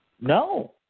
No